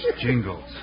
Jingles